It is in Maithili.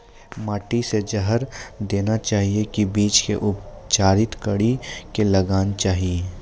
माटी मे जहर देना चाहिए की बीज के उपचारित कड़ी के लगाना चाहिए?